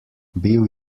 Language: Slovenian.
bil